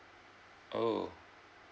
oh